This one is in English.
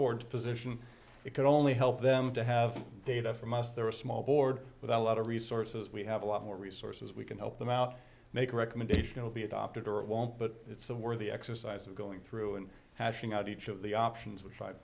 board position it can only help them to have data from us there are small board with a lot of resources we have a lot more resources we can help them out make recommendation will be adopted or it won't but it's a worthy exercise of going through and hashing out each of the options which i